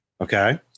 Okay